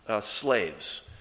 slaves